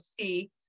see